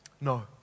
No